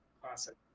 Classic